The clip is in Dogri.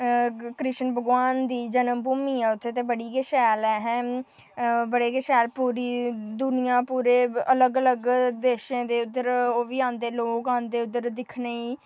कृष्ण भगवान दी जन्म भूमि ऐ उत्थै बड़ी गै शैल ऐ बड़ी गै शैल हां पूरी दुनिया पूरे अलग अलग देशें दे उद्धर ओह् बी लोक आंदे उद्धर दिक्खने'ई